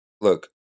Look